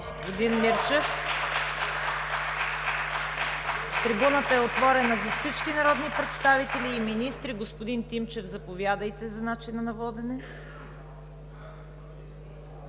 Господин Мирчев, трибуната е отворена за всички народни представители и министри. Господин Тимчев, заповядайте – по начина на водене.